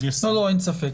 אין ספק.